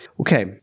okay